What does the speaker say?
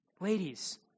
Ladies